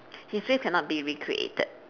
histories cannot be recreated